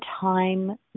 time